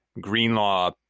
Greenlaw